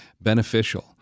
beneficial